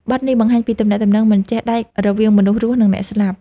បទនេះបង្ហាញពីទំនាក់ទំនងមិនចេះដាច់រវាងមនុស្សរស់ និងអ្នកស្លាប់។